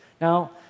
Now